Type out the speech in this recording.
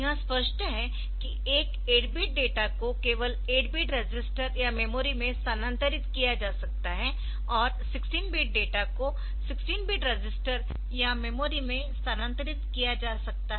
यह स्पष्ट है की एक 8 बिट डेटा को केवल 8 बिट रजिस्टर या मेमोरी में स्थानांतरित किया जा सकता है और 16 बिट डेटा को 16 बिट रजिस्टर या मेमोरी में स्थानांतरित किया जा सकता है